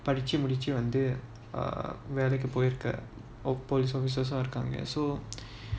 படிச்சு முடிச்சு வந்து வேலைக்கு போயிருக்க:padichu mudichu vanthu velaiku poyiruku police officers உம் இருக்காங்க:um irukaanga so